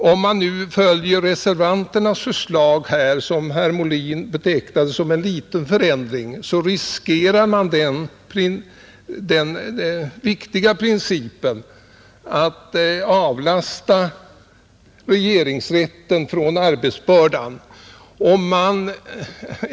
Om man nu följer reservanternas förslag, som herr Molin betecknade såsom en liten förändring, riskerar man den viktiga principen att lätta regeringsrättens arbetsbörda.